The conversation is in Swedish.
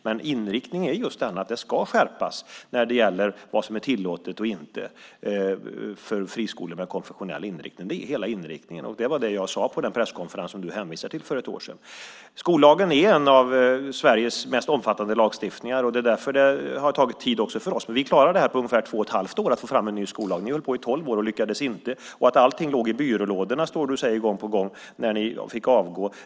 Men inriktningen är just den att den ska skärpas när det gäller vad som är tillåtet och inte för friskolor med konfessionell inriktning. Det är hela inriktningen, och det var det jag sade på den presskonferens för ett år sedan som du hänvisar till. Skollagen är en Sveriges mest omfattande lagstiftningar. Det är därför det har tagit tid också för oss, men vi klarar att få fram en ny skollag på ungefär två och ett halvt år. Ni höll på i tolv år och lyckades inte. Du säger gång på gång att allting låg i byrålådorna när ni fick avgå.